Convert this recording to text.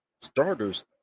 starters